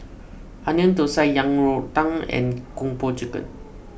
Onion Thosai Yang Rou Tang and Kung Po Chicken